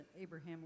Abraham